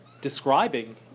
describing